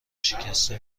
شکسته